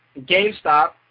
GameStop